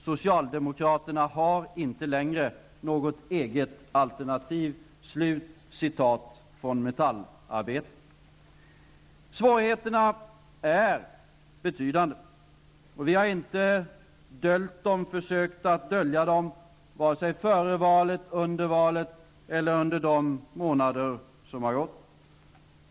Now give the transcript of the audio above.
Socialdemokraterna har inte längre något eget alternativ. -- Så skriver man alltså i Svårigheterna är betydande, och vi har inte försökt att dölja dem, varken före valet, under valet eller under de månader som har gått sedan dess.